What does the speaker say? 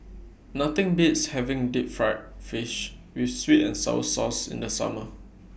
Nothing Beats having Deep Fried Fish with Sweet and Sour Sauce in The Summer